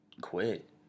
quit